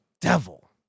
devil